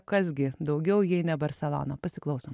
kas gi daugiau jei ne barselona pasiklausom